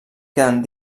queden